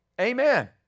Amen